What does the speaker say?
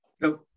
No